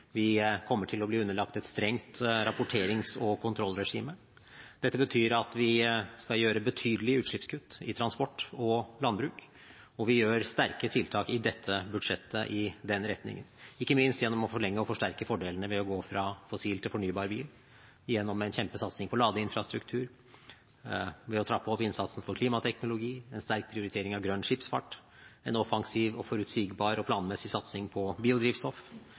Vi kommer til å bli underlagt et strengt rapporterings- og kontrollregime. Dette betyr at vi skal gjøre betydelige utslippskutt innen transport og landbruk, og vi gjør sterke tiltak i dette budsjettet i den retningen, ikke minst gjennom å forlenge og forsterke fordelene ved å gå fra fossil til fornybar energi gjennom en kjempesatsing på ladeinfrastruktur, ved å trappe opp innsatsen for klimateknologi, en sterk prioritering av grønn skipsfart, en offensiv, forutsigbar og planmessig satsing på biodrivstoff